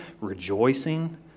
rejoicing